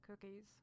cookies